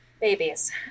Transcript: Babies